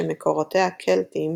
שמקורותיה קלטיים,